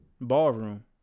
Ballroom